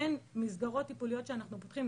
כן מסגרות טיפוליות שאנחנו פותחים,